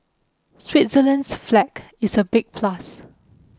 Switzerland's flag is a big plus